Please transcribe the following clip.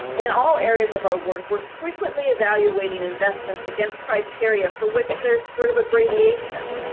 in all areas of our work we're frequently evaluating investments against criteria for which there's sort of gradiation.